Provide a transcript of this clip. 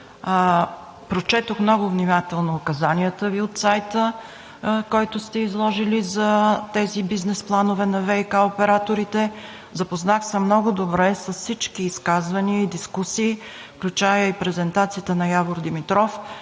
Прочетох много внимателно указанията Ви от сайта, който сте изложили за бизнес плановете на ВиК операторите. Запознах се много добре с всички изказвания и дискусии, включително и презентацията на Явор Димитров